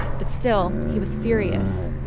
but still, he was furious.